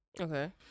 Okay